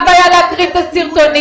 מה הבעיה להקרין את הסרטונים?